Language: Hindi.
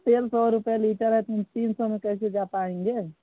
तेल सौ रुपये लीटर है ती तीन सौ में कैसे जा पाएँगे